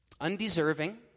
undeserving